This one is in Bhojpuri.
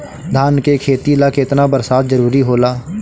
धान के खेती ला केतना बरसात जरूरी होला?